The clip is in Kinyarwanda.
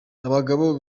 abagabo